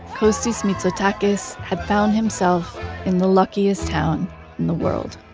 costis mitsotakis had found himself in the luckiest town in the world.